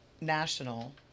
national